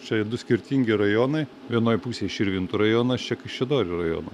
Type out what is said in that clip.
čia ir du skirtingi rajonai vienoj pusėj širvintų rajonas čia kaišiadorių rajonas